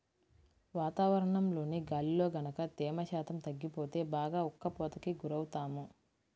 వాతావరణంలోని గాలిలో గనక తేమ శాతం తగ్గిపోతే బాగా ఉక్కపోతకి గురవుతాము